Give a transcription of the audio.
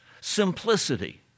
Simplicity